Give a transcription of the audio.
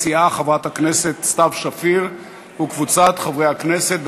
הצעת חברת הכנסת סתיו שפיר וקבוצת חברי הכנסת.